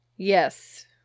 Yes